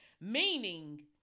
meaning